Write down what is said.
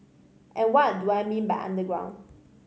and what do I mean by underground